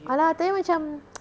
!alah! tapi macam